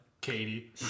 katie